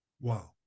Wow